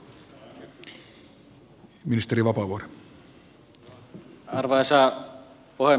arvoisa puhemies